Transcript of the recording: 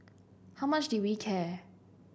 how much did we care